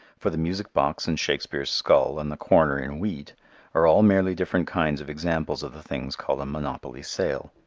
for the music box and shakespere's skull and the corner in wheat are all merely different kinds of examples of the things called a monopoly sale.